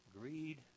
Greed